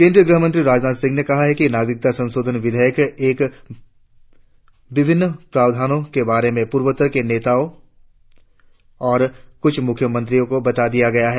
केंद्रीय गृहमंत्री राजनाथ ने कहा है कि नागरिकता संशोधन विधेयक एक विभिन्न प्रावधानों के बारे में पूर्वोत्तर के नेताओं और कुछ मुख्यमंत्रियों को बता दिया गया है